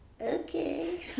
okay